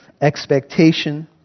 expectation